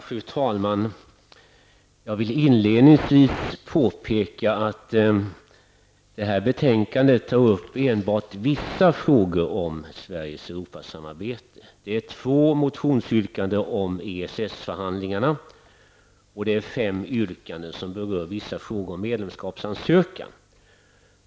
Fru talman! Jag vill inledningsvis påpeka att detta betänkande endast tar upp vissa frågor om Sveriges Europasamarbete. Det är två motionersyrkanden om EES-förhandlingarna och fem yrkanden som berör vissa frågor om medlemskapsansökan.